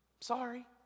Sorry